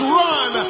run